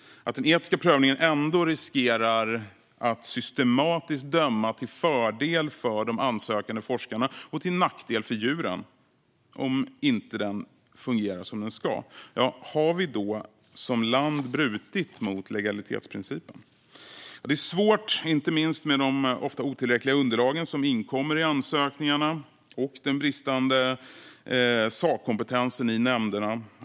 Om den etiska prövningen inte fungerar som den ska utan riskerar att systematiskt döma till fördel för de ansökande forskarna och till nackdel för djuren - då har vi som land brutit mot legalitetsprincipen. Det är svårt att göra rättvisande analyser av till exempel det här med nytta kontra lidande, inte minst med de ofta otillräckliga underlagen i ansökningarna och den bristande sakkompetensen i nämnderna.